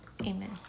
Amen